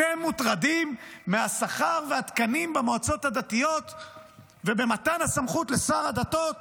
אתם מוטרדים מהשכר והתקנים במועצות הדתיות ובמתן הסמכות לשר הדתות